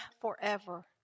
forever